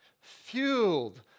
fueled